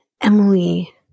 Emily